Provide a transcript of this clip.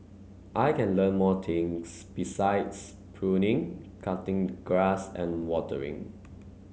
I can learn more things besides pruning cutting grass and watering